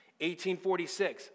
1846